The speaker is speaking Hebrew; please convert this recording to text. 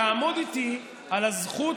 תעמוד איתי על הזכות,